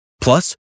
Plus